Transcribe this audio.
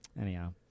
anyhow